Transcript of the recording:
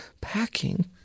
packing